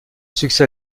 succès